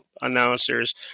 announcers